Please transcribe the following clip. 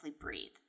breathe